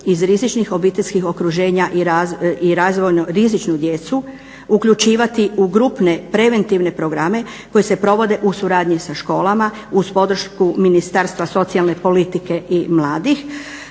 iz rizičnih obiteljskih okruženja i razvojno rizičnu djecu uključivati u grupne preventivne programe koji se provode u suradnji sa školama uz podršku Ministarstva socijalne politike i mladih